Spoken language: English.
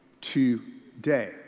today